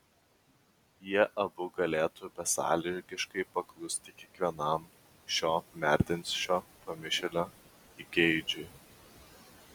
jie abu galėtų besąlygiškai paklusti kiekvienam šio merdinčio pamišėlio įgeidžiui